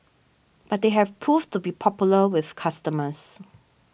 but they have proved to be popular with customers